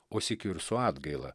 o sykiu ir su atgaila